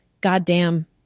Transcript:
goddamn